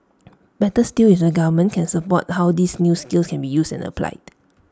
better still is the government can support how these new skills can be used and applied